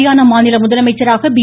ஹரியானா மாநில முதலமைச்சராக பி